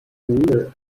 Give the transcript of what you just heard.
winner